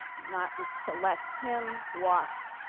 not to let him walk